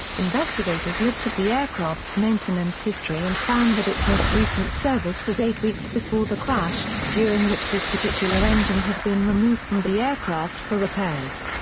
investigators looked at the aircraft's maintenance history and found that its most recent service was eight weeks before the crash, during which this particular engine had been removed from the aircraft for repairs.